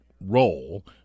role